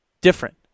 different